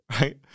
right